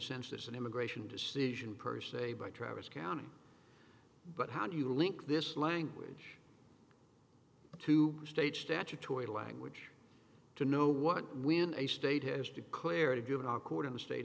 is an immigration decision per say by travis county but how do you link this language to state statutory language to know what when a state has declared a juvenile court and the state